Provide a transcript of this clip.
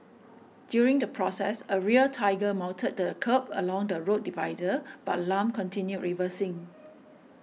during the process a rear tiger mounted the kerb along the road divider but Lam continued reversing